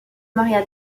maria